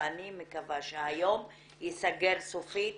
ואני מקווה שהיום ייסגר סופית